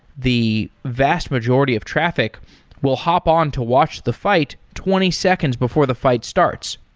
the vast majority of traffic will hop on to watch the fight twenty seconds before the fight starts.